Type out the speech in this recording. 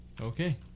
Okay